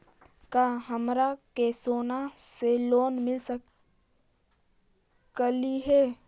का हमरा के सोना से लोन मिल सकली हे?